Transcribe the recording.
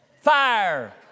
fire